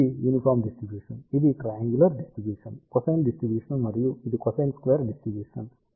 కాబట్టి ఇది uniform distribution ఇది ట్రయాంగులర్ డిస్ట్రిబ్యూషన్ కొసైన్ డిస్ట్రిబ్యూషన్ మరియు ఇది కొసైన్ స్క్వేర్డ్ డిస్ట్రిబ్యూషన్